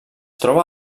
troba